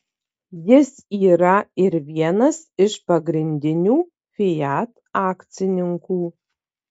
jis yra ir vienas iš pagrindinių fiat akcininkų